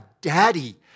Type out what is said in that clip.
Daddy